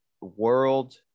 world